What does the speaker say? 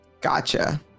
Gotcha